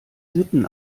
sitten